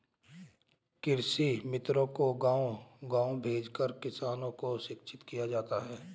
कृषि मित्रों को गाँव गाँव भेजकर किसानों को शिक्षित किया जाता है